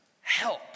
help